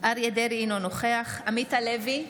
אריה מכלוף דרעי, אינו נוכח עמית הלוי,